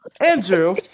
andrew